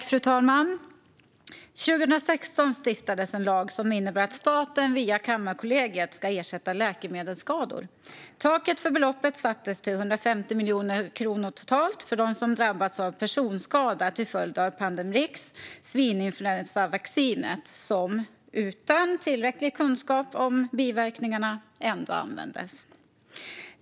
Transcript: Fru talman! År 2016 stiftades en lag som innebär att staten via Kammarkollegiet ska ersätta läkemedelsskador. Taket för beloppet sattes till 150 miljoner kronor totalt för dem som drabbats av personskada till följd av Pandemrix, alltså svininfluensavaccinet som utan tillräcklig kunskap om biverkningarna ändå användes.